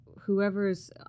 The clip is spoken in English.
whoever's